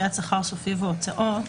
קביעת שכר סופי והוצאות.